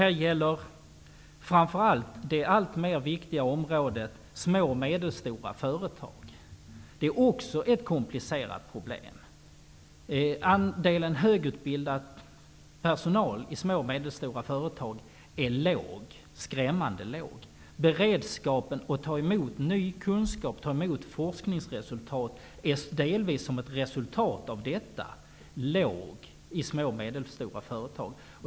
Detta gäller framför allt det alltmer viktiga området små och medelstora företag. Det är ett komplicerat problem. Andelen högutbildad personal i små och medelstora företag är skrämmande låg. Beredskapen att ta emot ny kunskap och forskningsrön är delvis som ett resultat av detta låg i små och medelstora företag.